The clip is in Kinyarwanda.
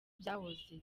byahoze